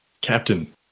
Captain